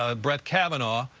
ah brett kavanaugh.